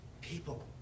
people